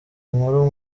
inkuru